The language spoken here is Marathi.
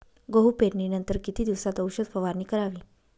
गहू पेरणीनंतर किती दिवसात औषध फवारणी करावी?